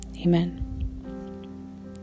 Amen